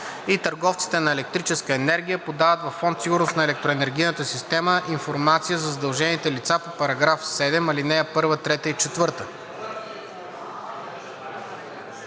и търговците на електрическа енергия подават във Фонд „Сигурност на електроенергийната система“ информация за задължените лица по § 7, ал. 1, 3 и 4.“